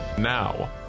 Now